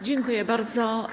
Dziękuję bardzo.